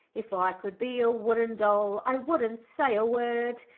if i could be a wooden doll, i would'n say a word.